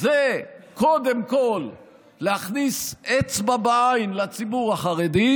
זה קודם כול להכניס אצבע בעין לציבור החרדי,